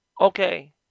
okay